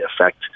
affect